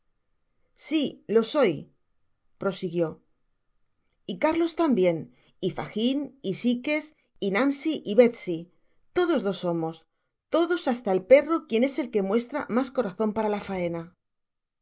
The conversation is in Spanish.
si lo soy prosiguióy cárlos tambien y fagin y sikes y nancy y betsy todos lo soaios todos hasta el perro quien es el que muestra mas corazon para la faena